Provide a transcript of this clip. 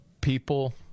People